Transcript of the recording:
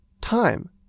time